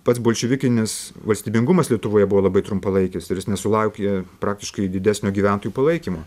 pats bolševikinis valstybingumas lietuvoje buvo labai trumpalaikis ir jis nesulaukė praktiškai didesnio gyventojų palaikymo